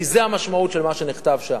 כי זאת המשמעות של מה שנכתב שם.